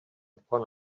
upon